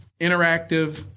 interactive